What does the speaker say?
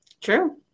True